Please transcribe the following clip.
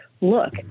look